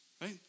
right